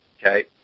Okay